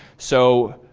so,